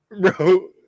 bro